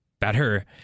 better